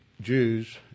Jews